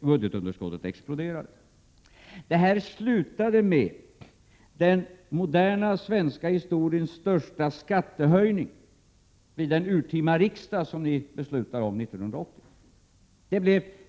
Budgetunderskottet exploderade. Det här slutar med den moderna svenska historiens största skattehöjning vid den urtima riksdag som ni beslutade om 1980.